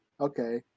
okay